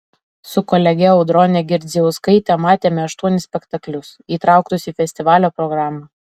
su kolege audrone girdzijauskaite matėme aštuonis spektaklius įtrauktus į festivalio programą